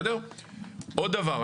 עוד דבר.